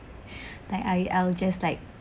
that I I'll just like